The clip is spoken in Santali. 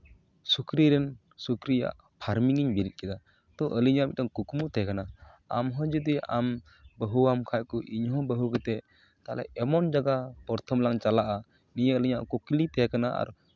ᱥᱩᱠᱨᱤ ᱨᱮᱱ ᱥᱩᱠᱨᱤᱭᱟᱜ ᱯᱷᱟᱨᱢᱤᱧ ᱵᱤᱨᱤᱫ ᱠᱮᱫᱟ ᱛᱳ ᱟᱹᱞᱤᱧᱟᱜ ᱢᱤᱫᱴᱟᱝ ᱠᱩᱠᱢᱩ ᱛᱟᱦᱮᱸ ᱠᱟᱱᱟ ᱟᱢᱦᱚᱸ ᱡᱩᱫᱤ ᱟᱢ ᱵᱟᱹᱦᱩᱣᱟᱢ ᱠᱷᱟᱱ ᱠᱚ ᱤᱧᱦᱚᱸ ᱵᱟᱹᱦᱩ ᱠᱟᱛᱮᱫ ᱛᱟᱦᱞᱮ ᱮᱢᱚᱱ ᱡᱟᱭᱜᱟ ᱯᱨᱚᱛᱷᱚᱢ ᱞᱟᱝ ᱪᱟᱞᱟᱜᱼᱟ ᱱᱤᱭᱟᱹ ᱟᱹᱞᱤᱧᱟᱜ ᱠᱩᱠᱞᱤ ᱛᱟᱦᱮᱸ ᱠᱟᱱᱟ ᱟᱨ